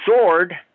sword